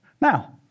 now